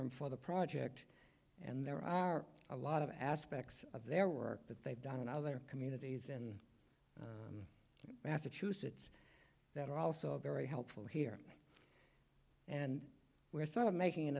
firm for the project and there are a lot of aspects of their work that they've done and other communities and massachusetts that are also very helpful here and we're sort of making an